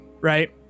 right